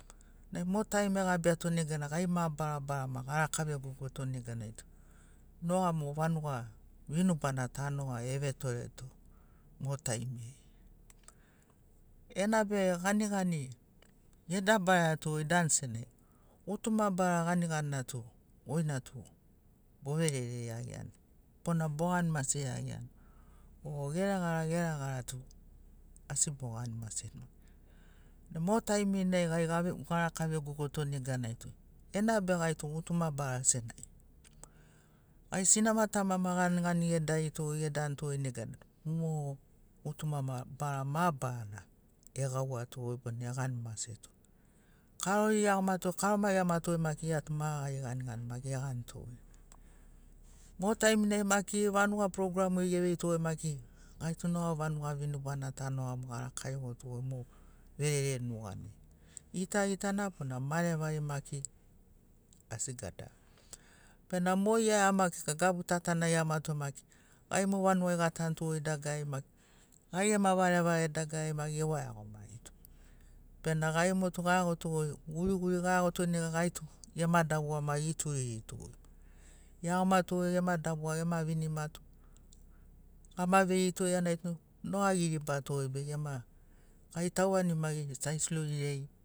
Nai mot aim egabiato neganai gai mabarabarama garaka vegogoto neganai tu noga mo vanuga vinubana ta noga evetoreto mo taimi ai enabe ganigani edabaraiato danu senagi gutuma bara ganiganina tu goina tu boverere iagiani bona bogani mase iagiani o geregara geregara tu asi bogani maseni mo taiminai gai ga ve garaka vegogoto neganai tu enabe gai gutuma bara senagi gai sinama tamama ganigani edarito edanto neganai mo gutuma mabarana egauato bona egani maseto karori eagomato karoma eagomato maki iatu ma gari ganigani ma eganito mo taiminai maki vanuga programiri eveito maki gaitu noga vanuga vinubanata nogamo arakarigoto mo verere nuganai gitagitana bona marevari maki asi gadara bena mo iama kika gabu ta ta na eagoma to maki gai mo ganugai gatanuto goi dagarari maki gai gema varevare dagarari ma euwaiagomarito bena gai motu gaeagoto goi guriguri gaeagoto ne gaitu gema dabuga ma eturirito eagomato gema dabuga gema vinimato ama veito iaunaitu noga eribato be gema gai tauanima sais loririai